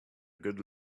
good